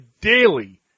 daily